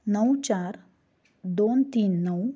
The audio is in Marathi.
नऊ चार दोन तीन नऊ